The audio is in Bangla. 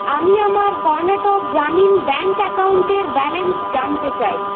আমি আমার কর্ণাটক গ্রামীণ ব্যাংক অ্যাকাউন্টের ব্যালেন্স জানতে চাই